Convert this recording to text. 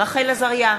רחל עזריה,